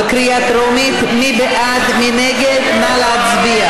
בבקשה, גברתי, שלוש דקות.